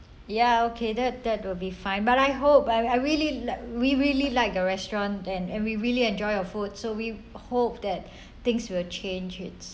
ya okay that that will be fine but I hope I I really like we really like your restaurant and and we really enjoy your food so we hope that things will change its